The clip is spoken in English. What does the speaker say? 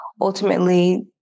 ultimately